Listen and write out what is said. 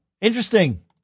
Interesting